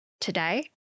Today